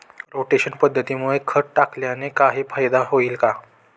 Rotation पद्धतीमुळे खत टाकल्याने काही फायदा होईल का?